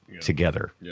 together